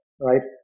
right